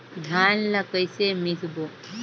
धान ला कइसे मिसबो?